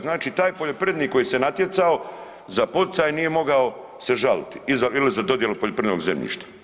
Znači taj poljoprivrednik koji se natjecao za poticaj nije mogao se žaliti ili za dodjelu poljoprivrednog zemljišta.